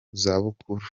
zabukuru